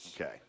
Okay